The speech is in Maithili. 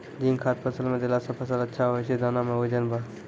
जिंक खाद फ़सल मे देला से फ़सल अच्छा होय छै दाना मे वजन ब